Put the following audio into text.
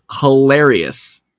hilarious